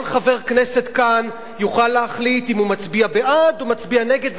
כל חבר כנסת כאן יוכל להחליט אם הוא מצביע בעד או מצביע נגד,